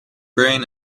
brain